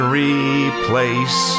replace